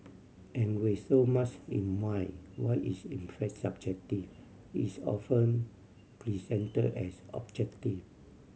and with so much in wine what is in fact subjective is often present as objective